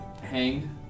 Hang